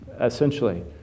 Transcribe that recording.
essentially